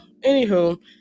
anywho